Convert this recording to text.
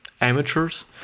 amateurs